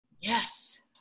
Yes